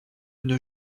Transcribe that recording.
une